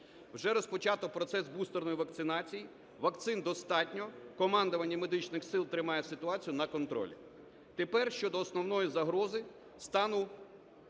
Вже розпочато процес бустерної вакцинації. Вакцин достатньо, командування медичних сил тримає ситуацію на контролі. Тепер щодо основної загрози,